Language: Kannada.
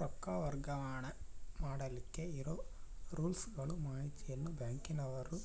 ರೊಕ್ಕ ವರ್ಗಾವಣೆ ಮಾಡಿಲಿಕ್ಕೆ ಇರೋ ರೂಲ್ಸುಗಳ ಮಾಹಿತಿಯನ್ನ ಬ್ಯಾಂಕಿನವರು